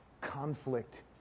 conflict